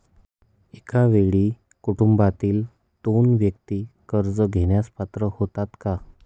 एका वेळी कुटुंबातील दोन व्यक्ती कर्ज घेण्यास पात्र होतात का?